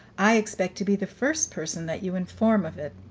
i expect to be the first person that you inform of it.